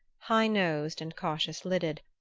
high-nosed and cautious-lidded,